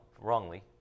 wrongly